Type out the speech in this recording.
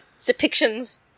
depictions